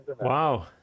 Wow